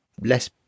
less